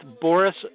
Boris